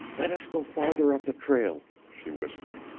let us go farther up the trail, she whispered.